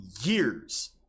years